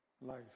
life